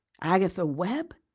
agatha webb?